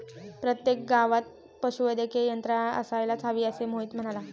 प्रत्येक गावात पशुवैद्यकीय यंत्रणा असायला हवी, असे मोहित म्हणाला